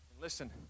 Listen